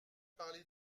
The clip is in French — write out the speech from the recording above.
parler